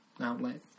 outlet